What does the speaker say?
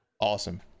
Awesome